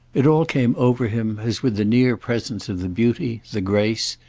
it all came over him as with the near presence of the beauty, the grace,